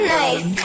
nice